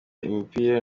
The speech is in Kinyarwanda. imipira